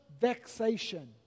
vexation